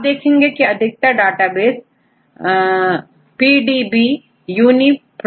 आप देखेंगे कि अधिकतर डेटाबेसPDBUniProt है